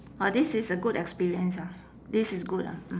orh this is a good experience ah this is good ah mm